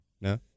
No